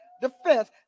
Defense